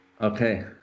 Okay